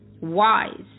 wise